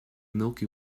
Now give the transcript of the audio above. milky